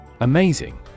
Amazing